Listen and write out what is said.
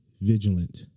vigilant